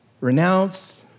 Renounce